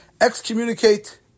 excommunicate